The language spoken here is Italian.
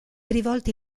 rivolti